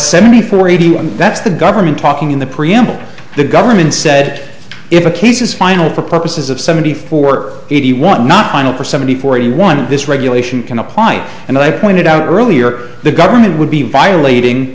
seventy four eighty one that's the government talking in the preamble to the government said if a case is final for purposes of seventy four eighty one not final for seventy forty one of this regulation can apply and i pointed out earlier the government would be violating